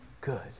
good